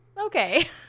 okay